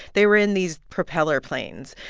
they were in these propeller planes.